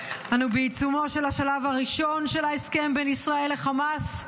אנו בעיצומו של השלב הראשון של ההסכם בין ישראל לחמאס,